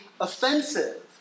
offensive